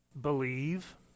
Believe